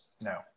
No